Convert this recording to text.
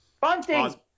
Bunting